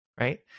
right